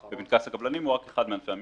וענף הקבלנים הוא רק אחד מענפי המשנה,